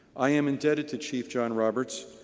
i am indebted to chief john roberts,